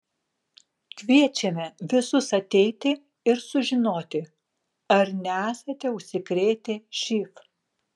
kviečiame visus ateiti ir sužinoti ar nesate užsikrėtę živ